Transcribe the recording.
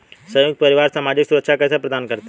संयुक्त परिवार सामाजिक सुरक्षा कैसे प्रदान करते हैं?